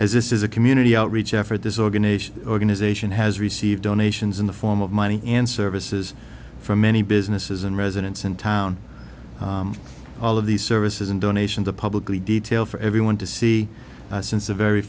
as this is a community outreach effort this organization organization has received donations in the form of money and services from many businesses and residents in town all of these services and donations are publicly detail for everyone to see since the very